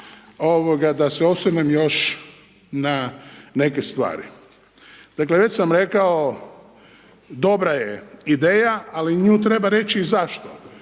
da se osvrnem još na neke stvari. Dakle, već sam rekao dobra je ideja, ali nju treba reći i zašto.